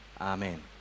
Amen